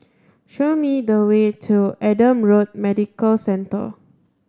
show me the way to Adam Road Medical Centre